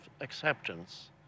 acceptance